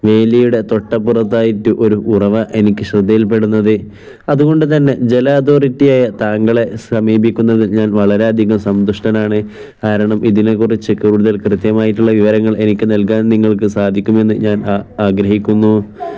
വേലിയുടെ തോട്ട് അപ്പുറത്തായിട്ട് ഒരു ഉറവ എനിക്ക് ശ്രദ്ധയിൽപ്പെടുന്നത് അതുകൊണ്ട് തന്നെ ജല അതോറിറ്റിയായ താങ്കളെ സമീപിക്കുന്നത് ഞാൻ വളരെയധികം സന്തുഷ്ടനാണ് കാരണം ഇതിനെക്കുറിച്ച് കൂടുതൽ കൃത്യമായിട്ടുള്ള വിവരങ്ങൾ എനിക്ക് നൽകാൻ നിങ്ങൾക്ക് സാധിക്കുമെന്ന് ഞാൻ ആഗ്രഹിക്കുന്നു